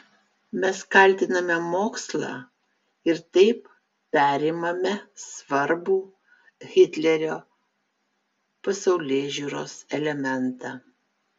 mes kaltiname mokslą ir taip perimame svarbų hitlerio pasaulėžiūros elementą